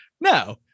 No